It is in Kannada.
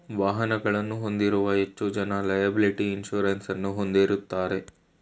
ವಾಹನಗಳನ್ನು ಹೊಂದಿರುವ ಹೆಚ್ಚು ಜನ ಲೆಯಬಲಿಟಿ ಇನ್ಸೂರೆನ್ಸ್ ಅನ್ನು ಹೊಂದಿರುತ್ತಾರೆ